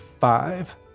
Five